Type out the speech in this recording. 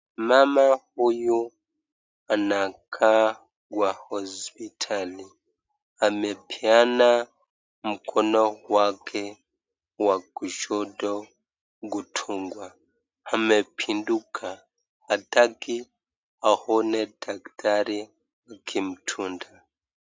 Mama huyu anakaa wa hospitali amepeana mkono wake wa kushoto kudungwa amepinduka hataki aone daktari akimdunga.